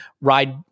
ride